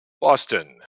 Boston